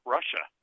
Russia